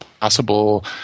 possible